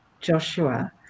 Joshua